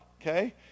Okay